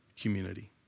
community